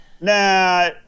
Nah